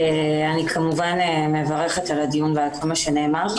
אני כמובן מברכת על הדיון ועל כל מה שנאמר.